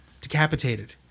decapitated